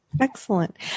Excellent